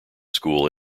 school